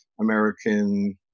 American